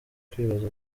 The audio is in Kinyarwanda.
kwibaza